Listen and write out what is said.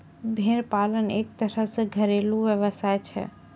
भेड़ पालन एक तरह सॅ घरेलू व्यवसाय होय छै